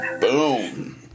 Boom